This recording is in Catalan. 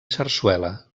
sarsuela